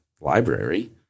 library